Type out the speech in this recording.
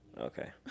Okay